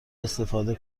استفاده